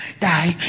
die